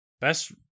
Best